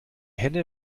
henne